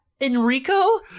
Enrico